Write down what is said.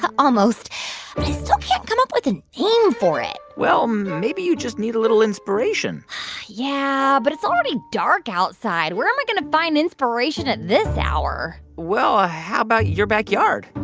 ah almost. but i still can't come up with a name for it well, maybe you just need a little inspiration yeah, but it's already dark outside. where am i going to find inspiration at this hour? well, how about your backyard?